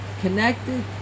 connected